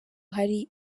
hari